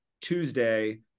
Tuesday